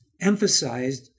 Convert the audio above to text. emphasized